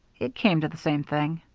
it came to the same thing.